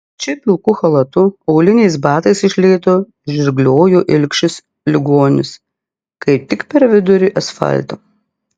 čia pilku chalatu auliniais batais iš lėto žirgliojo ilgšis ligonis kaip tik per vidurį asfalto